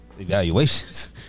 Evaluations